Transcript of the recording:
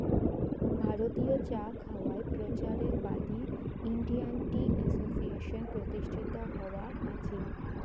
ভারতীয় চা খাওয়ায় প্রচারের বাদী ইন্ডিয়ান টি অ্যাসোসিয়েশন প্রতিষ্ঠিত হয়া আছিল